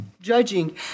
judging